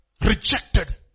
Rejected